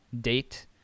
date